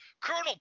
Colonel